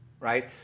Right